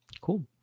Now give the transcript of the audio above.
Cool